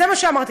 זה מה שאמרתי.